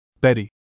Betty